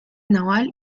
naval